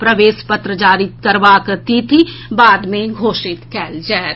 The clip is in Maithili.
प्रवेश पत्र जारी करबाक तिथि बाद मे घोषित कएल जायत